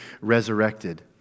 resurrected